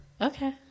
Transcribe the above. Okay